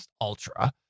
Ultra